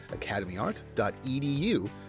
academyart.edu